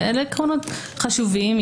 אלה עקרונות חשובים.